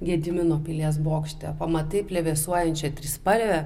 gedimino pilies bokšte pamatai plevėsuojančią trispalvę